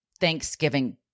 Thanksgiving